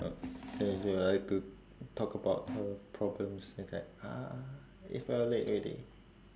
and she will like to talk about her problems it's like !huh! it's very late already